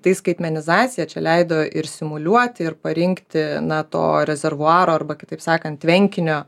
tai skaitmenizacija čia leido ir simuliuoti ir parinkti na to rezervuaro arba kitaip sakant tvenkinio